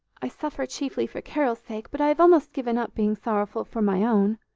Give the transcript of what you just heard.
i suffer chiefly for carol's sake, but i have almost given up being sorrowful for my own.